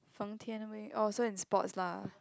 Feng-Tian-Wei oh so in sports lah